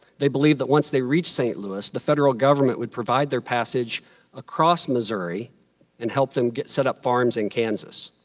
they believed that once they reached st. louis, the federal government would provide their passage across missouri and help them set up farms in kansas.